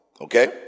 okay